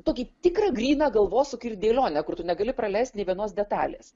tokį tikrą gryną galvosūkį ir dėlionę kur tu negali praleisti nė vienos detalės